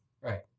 Right